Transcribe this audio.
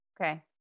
Okay